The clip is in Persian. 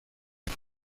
سند